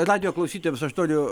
radijo klausytojams aš noriu